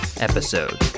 episode